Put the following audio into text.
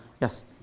Yes